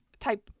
type